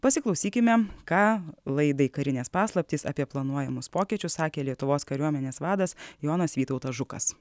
pasiklausykime ką laidai karinės paslaptys apie planuojamus pokyčius sakė lietuvos kariuomenės vadas jonas vytautas žukas